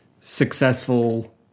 successful